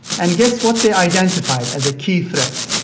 and guess what they identified as a key threat.